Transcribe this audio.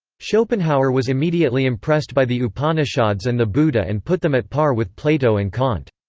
schopenhauer was immediately impressed by the upanishads and the buddha and put them at par with plato and kant.